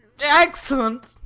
Excellent